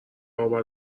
اقا